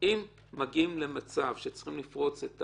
אם מגיעים למצב שצריכים לפרוץ את